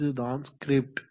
இதுதான் ஸ்கிரிப்ட்